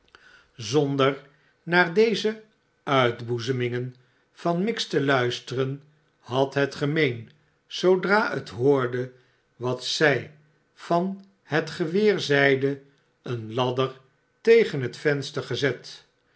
zonder naar deze uitboezemingen van miggs te luisteren had het gemeen zoodra het hoorde wat zij van het geweer zeide eene ladder tegen het venster gezet